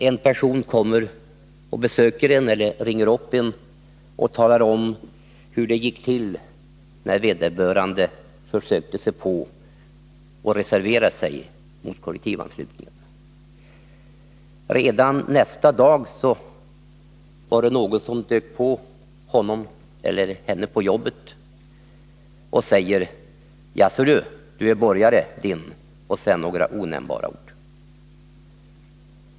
En person besöker eneeller ringer upp en och talar om hur det gick till när vederbörande försökte reservera sig mot kollektivanslutningen. Redan nästa dag var det någon som dök på honom eller henne på jobbet och sade: Jaså du, du är borgare, din — och så några här onämnbara ord.